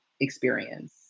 experience